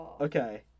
Okay